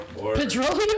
petroleum